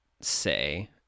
say